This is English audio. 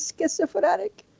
schizophrenic